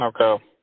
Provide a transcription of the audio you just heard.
Okay